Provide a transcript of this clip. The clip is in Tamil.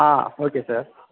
ah okay sir